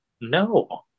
No